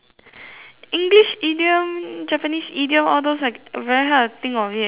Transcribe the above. English idiom Japanese idiom all those like very hard to think of it leh I can't